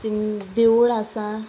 तींग देवूळ आसा